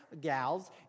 gals